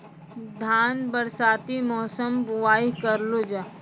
धान बरसाती मौसम बुवाई करलो जा?